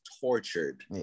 tortured